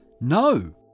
No